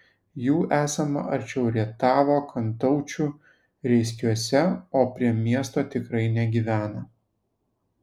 jų esama arčiau rietavo kantaučių reiskiuose o prie miesto tikrai negyvena